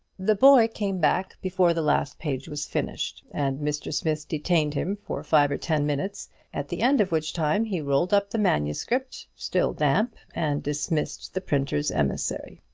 the boy came back before the last page was finished, and mr. smith detained him for five or ten minutes at the end of which time he rolled up the manuscript, still damp, and dismissed the printer's emissary.